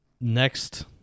next